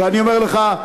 ואני אומר לך,